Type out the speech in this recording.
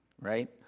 right